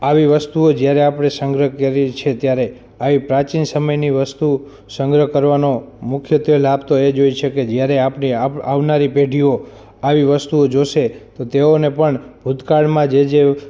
આવી વસ્તુઓ જયારે આપણે સંગ્રહ કરીએ છીએ ત્યારે આવી પ્રાચીન સમયની વસ્તુ સંગ્રહ કરવાનો મુખ્યત્ત્વે લાભ તો એ જ હોય છે કે જયારે આપણી આવ આવનારી પેઢીઓ આવી વસ્તુઓ જોશે તો તેઓને પણ ભૂતકાળમાં જે જે